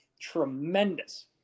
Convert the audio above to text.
tremendous